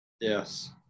Yes